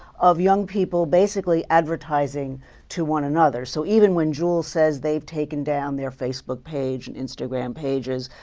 of young people basically advertising to one another. so even when juul says they've taken down their facebook page and instagram pages,